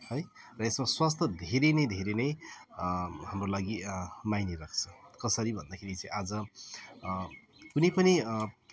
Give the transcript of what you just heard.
है र यसमा स्वास्थ्य धेरै नै धेरै नै हाम्रो लागि मायने राख्छ कसरी भन्दाखेरि चाहिँ आज कुनै पनि